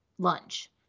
lunch